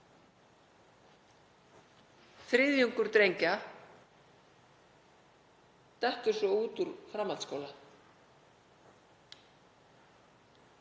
Þriðjungur drengja dettur svo út úr framhaldsskóla.